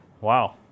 Wow